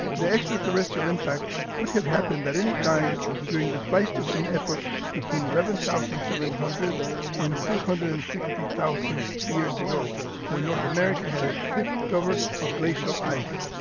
the extraterrestrial impact could have happened at any time during the pleistocene epoch between eleven thousand seven hundred and two hundred and sixty thousand years ago when north america had a thick cover of glacial ice.